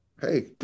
hey